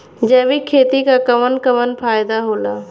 जैविक खेती क कवन कवन फायदा होला?